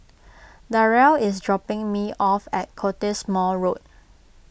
Darell is dropping me off at Cottesmore Road